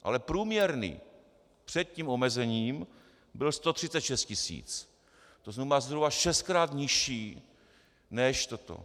Ale průměrný, před tím omezením, byl 136 tisíc, tzn. zhruba šestkrát nižší než toto.